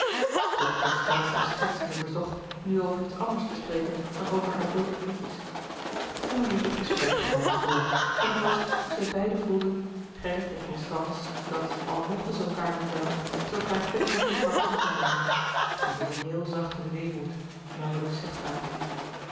tot constance hem schertsende verzocht nu over iets anders te spreken dan over haar bloote voetlouis couperus de boeken der kleine zielen jes en dan liep het gesprek gewoon voort en het was of zij beiden voelden gerrit en constance dat al mochten ze elkaâr nu wel ze elkaâr toch nog niet hadden teruggevonden en het was een heel zachte weemoed nauwlijks